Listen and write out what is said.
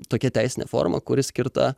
tokia teisinė forma kuri skirta